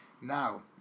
Now